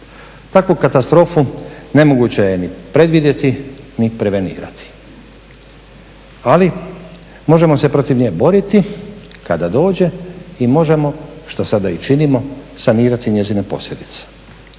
Takvu katastrofu nemoguće je ni predvidjeti, ni prevenirati. Ali možemo se protiv nje boriti kada dođe i možemo što sada i činimo sanirati njezine posljedice.